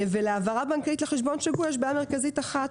להעברה בנקאית לחשבון שגוי יש בעיה מרכזית אחת,